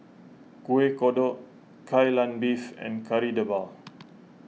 Kueh Kodok Kai Lan Beef and Kari Debal